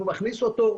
אם הוא מכניס אותו,